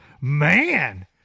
Man